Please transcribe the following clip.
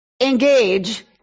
engage